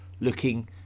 looking